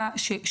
זאת אומרת,